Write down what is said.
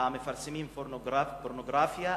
המפרסמים פורנוגרפיה,